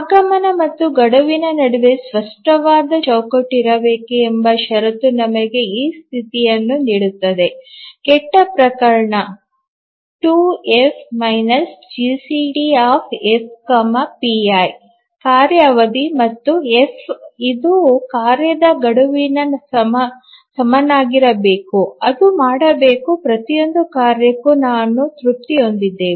ಆಗಮನ ಮತ್ತು ಗಡುವಿನ ನಡುವೆ ಸ್ಪಷ್ಟವಾದ ಚೌಕಟ್ಟು ಇರಬೇಕು ಎಂಬ ಷರತ್ತು ನಮಗೆ ಈ ಸ್ಥಿತಿಯನ್ನು ನೀಡುತ್ತದೆ ಕೆಟ್ಟ ಪ್ರಕರಣ 2 F GCD F pi 2F GCDf pi ಕಾರ್ಯ ಅವಧಿ ಮತ್ತು ಎಫ್ ಇದು ಕಾರ್ಯದ ಗಡುವಿಗೆ ಸಮನಾಗಿರಬೇಕು ಅದು ಮಾಡಬೇಕು ಪ್ರತಿಯೊಂದು ಕಾರ್ಯಕ್ಕೂ ನಾನು ತೃಪ್ತಿ ಹೊಂದಿದ್ದೇನೆ